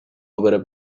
opera